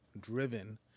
driven